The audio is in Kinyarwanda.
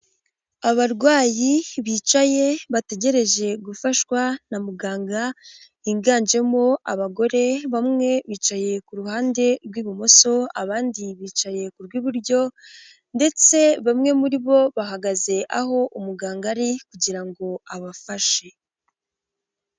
Abarwayi bicaye bategereje gufashwa na muganga, higanjemo abagore, bamwe bicaye ku ruhande rw'ibumoso abandi bicaye k'urw'iburyo ndetse bamwe muri bo bahagaze aho umuganga ari kugira ngo abafashe.